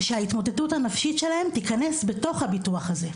ושההתמוטטות הנפשית שלהן תיכנס בתוך הביטוח הזה.